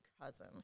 cousin